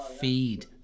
feed